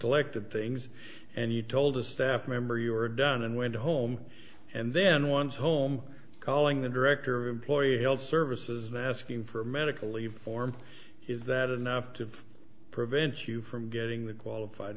elected things and you told a staff member you were done and went home and then once home calling the director employer held services that asking for medical leave form is that enough to prevent you from getting the qualified